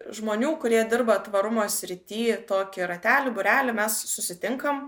žmonių kurie dirba tvarumo srity tokį ratelį būrelį mes susitinkam